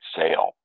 sale